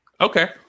okay